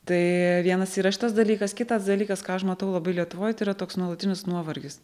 tai vienas yra šitas dalykas kitas dalykas ką aš matau labai lietuvoj tai yra toks nuolatinis nuovargis